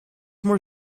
more